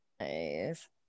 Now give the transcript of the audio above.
Nice